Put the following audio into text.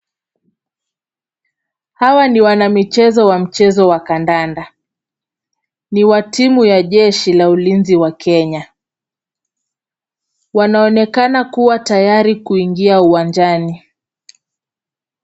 Hawa ni wanamichezo wa mchezo wa kandanda. Ni wa timu ya jeshi la ulinzi wa Kenya. Wanaonekana kuwa tayari kuingia uwanjani.